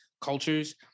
cultures